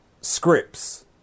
scripts